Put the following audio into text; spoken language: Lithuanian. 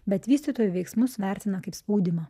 bet vystytojų veiksmus vertina kaip spaudimą